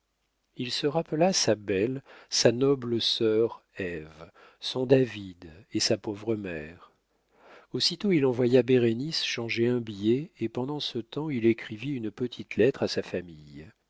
il se rappela sa belle sa noble sœur ève son david et sa pauvre mère aussitôt il envoya bérénice changer un billet et pendant ce temps il écrivit une petite lettre à sa famille